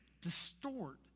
distort